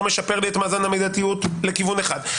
משפר לי את מאזן המדיתיות לכיוון אחד.